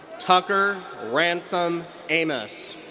tucker ransom ames.